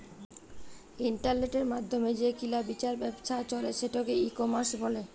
ইলটারলেটের মাইধ্যমে যে কিলা বিচার ব্যাবছা চলে সেটকে ই কমার্স ব্যলে